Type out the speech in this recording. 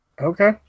Okay